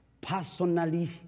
personally